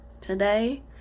Today